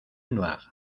noire